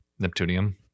Neptunium